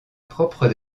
propre